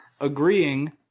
agreeing